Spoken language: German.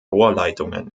rohrleitungen